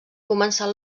començar